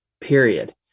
period